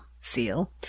seal